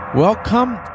Welcome